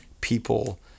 People